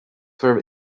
were